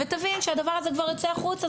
ותבין שהדבר הזה כבר יוצא החוצה,